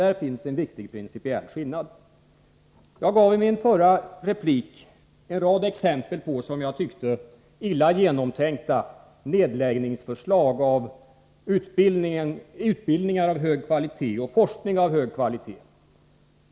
Där finns en viktig principiell skillnad. Jag gav i min förra replik en rad exempel på, som jag tyckte, illa genomtänkta förslag om nedläggning av utbildningar av hög kvalitet och forskning av hög kvalitet.